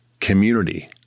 community